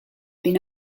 been